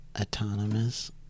autonomous